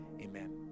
amen